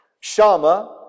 Shama